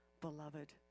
Beloved